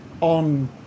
on